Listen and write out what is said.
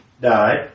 died